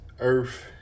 earth